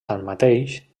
tanmateix